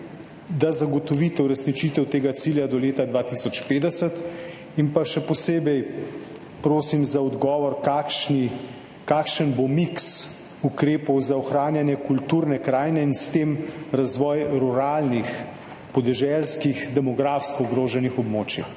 da zagotovite uresničitev tega cilja do leta 2050? Še posebej prosim za odgovor: Kakšen bo miks ukrepov za ohranjanje kulturne krajine in s tem razvoj ruralnih, podeželskih, demografsko ogroženih območij?